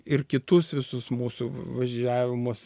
ir kitus visus mūsų važiavimus